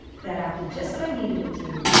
that app did just what i needed it to,